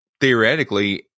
theoretically